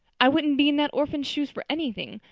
i wouldn't be in that orphan's shoes for anything.